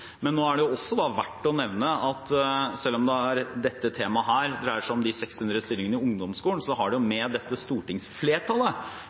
Nå er det også verdt å nevne at selv om dette temaet dreier seg om de 600 stillingene i ungdomsskolen, har det